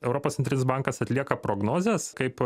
europos centrinis bankas atlieka prognozes kaip